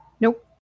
Nope